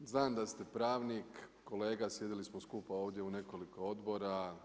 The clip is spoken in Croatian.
Znam da ste pravnik, kolega sjedili smo skupa ovdje u nekoliko odbora.